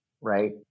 right